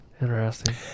interesting